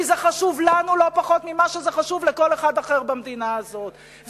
כי זה חשוב לנו לא פחות ממה שזה חשוב לכל אחד אחר במדינה הזאת.